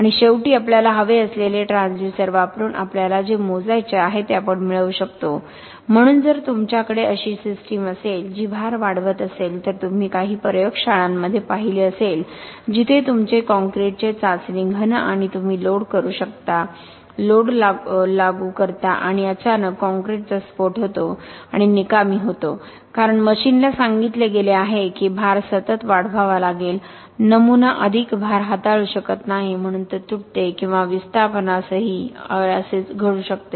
आणि शेवटी आपल्याला हवे असलेले ट्रान्सड्यूसर वापरून आपल्याला जे मोजायचे आहे ते आपण मिळवू शकतो म्हणून जर तुमच्याकडे अशी सिस्टम असेल जी भार वाढवत असेल तर तुम्ही काही प्रयोगशाळांमध्ये पाहिले असेल जिथे तुमचे कॉंक्रिटचे चाचणी घन आणि तुम्ही लोड लागू करता आणि अचानक कॉंक्रिटचा स्फोट होतो आणि निकामी होतो कारण मशीनला सांगितले गेले आहे की भार सतत वाढवावा लागेल नमुना अधिक भार हाताळू शकत नाही म्हणून ते तुटते किंवा विस्थापनासहही असेच घडू शकते